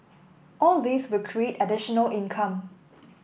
all these will create additional income